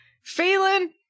Phelan